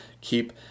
keep